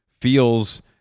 feels